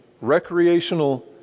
Recreational